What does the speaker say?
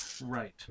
Right